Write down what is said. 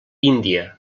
índia